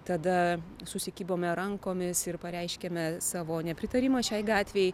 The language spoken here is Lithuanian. tada susikibome rankomis ir pareiškėme savo nepritarimą šiai gatvei